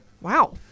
Wow